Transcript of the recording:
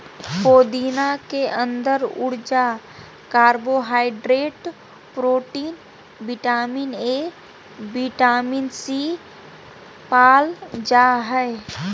पुदीना के अंदर ऊर्जा, carbohydrate, protein, vitamin A, vitamin C, पाल जा हइ